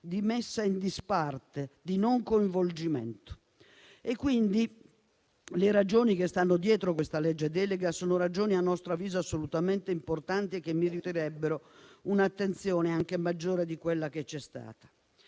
di messa in disparte e di non coinvolgimento. Le ragioni che stanno dietro questa legge delega sono, a nostro avviso, assolutamente importanti e meriterebbero un'attenzione maggiore di quella che c'è stata.